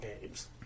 games